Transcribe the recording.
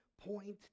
point